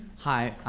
hi,